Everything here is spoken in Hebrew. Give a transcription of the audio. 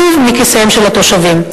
שוב מכיסיהם של התושבים.